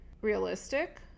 realistic